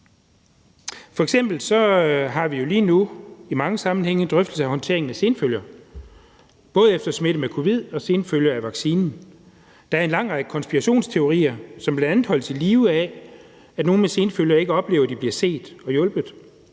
jo lige nu i mange sammenhænge drøftelse af håndteringen af både senfølger efter smitte med covid-19 og senfølger af vaccinen. Der er en lang række konspirationsteorier, som bl.a. holdes i live af, at nogle med senfølger ikke oplever, de bliver set og hjulpet.